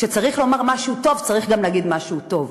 כשצריך לומר משהו טוב צריך להגיד גם משהו טוב.